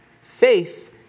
faith